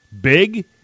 big